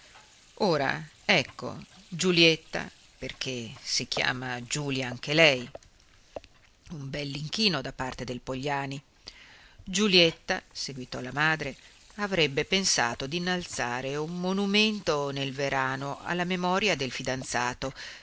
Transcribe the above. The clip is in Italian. ora ecco giulietta perché si chiama giulia anche lei un bell'inchino da parte del pogliani giulietta seguitò la madre avrebbe pensato d'innalzare un monumento nel verano alla memoria del fidanzato